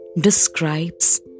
describes